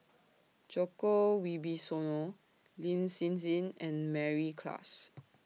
Djoko Wibisono Lin Hsin Hsin and Mary Klass